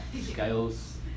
scales